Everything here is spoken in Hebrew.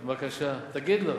בבקשה, תגיד לו.